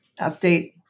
update